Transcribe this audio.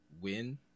win